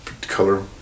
color